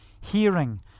hearing